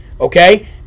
Okay